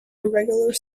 irregular